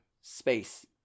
space